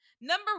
Number